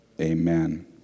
Amen